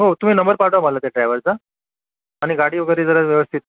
हो तुम्ही नंबर पाठवा मला त्या ड्रायवरचा आणि गाडी वगैरे जरा व्यवस्थित